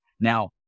Now